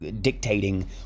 dictating